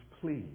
please